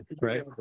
Right